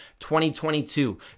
2022